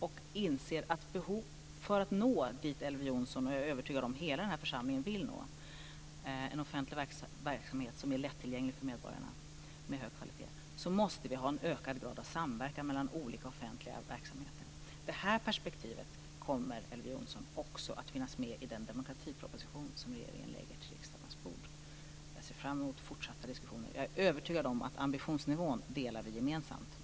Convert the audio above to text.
För att nå dit Elver Jonsson vill nå, och som jag är övertygad om att hela denna församling vill nå, nämligen en offentlig verksamhet med hög kvalitet som är lättillgänglig för medborgarna, måste vi ha en ökad grad av samverkan mellan olika offentliga verksamheter. Det perspektivet kommer också att finnas med i den demokratiproposition som regeringen lägger på riksdagens bord, Elver Jonsson. Jag ser fram emot fortsatta diskussioner. Jag är övertygad om att vi delar ambitionsnivån gemensamt.